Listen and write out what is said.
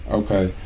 okay